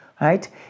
right